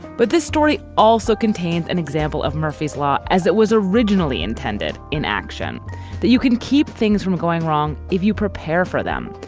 but this story also contains an example of murphy's law, as it was originally intended in action that you can keep things from going wrong. if you prepare for them,